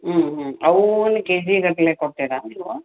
ಹ್ಞೂ ಹ್ಞೂ ಅವು ಒನ್ ಕೆಜಿ ಗತ್ಲೆ ಕೊಡ್ತೀರಾ ನೀವು